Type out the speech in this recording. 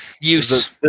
use